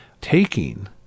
taking